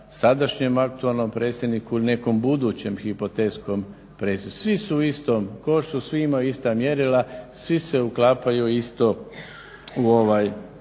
sadašnjem aktualnom predsjedniku ili nekom budućem, hipotetskom, predsjedniku. Svi su u istom košu, svi imaju ista mjerila, svi se uklapaju isto u ovaj